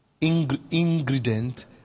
ingredient